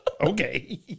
Okay